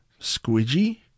Squidgy